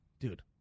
Dude